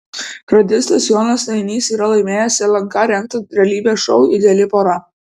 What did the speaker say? radistas jonas nainys yra laimėjęs lnk rengtą realybės šou ideali pora